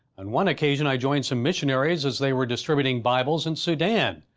on one occasion, i joined some missionaries as they were distributing bibles in sudan.